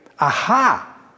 Aha